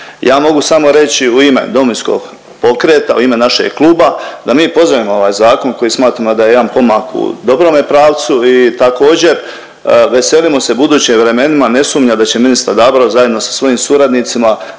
Ja mogu samo reći u ime Domovinskog pokreta, u ime našeg kluba da mi pozdravljamo ovaj zakon koji smatramo da je jedan pomak u dobrome pravcu i također veselimo se budućim vremenima, ne sumnjamo da će ministar Dabro zajedno sa svojim suradnicima